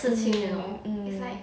mm mm